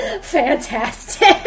fantastic